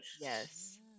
Yes